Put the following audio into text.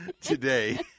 today